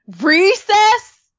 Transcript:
recess